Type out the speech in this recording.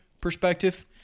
perspective